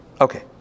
Okay